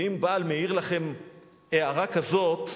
ואם בעל מעיר לכן הערה כזאת,